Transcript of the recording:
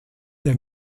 der